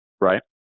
right